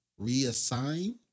reassign